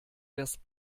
wärst